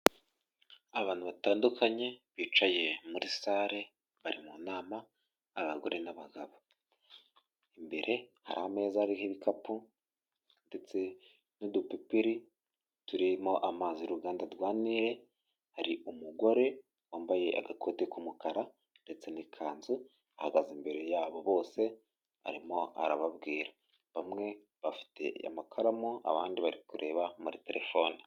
Abantu batandukanye bicaye muri sare bari mu nama abagore n'abagabo. Imbere hari ameza ariho ibikapu ndetse n'udupipiri turimo amazi y'uruganda rwa nile, hari umugore wambaye agakote k'umukara ndetse n'ikanzu ahagaze imbere yabo bose arimo arababwira bamwe bafite amakaramu abandi bari kureba muri telefone.